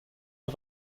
auf